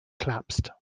collapsed